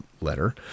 letter